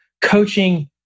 coaching